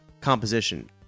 composition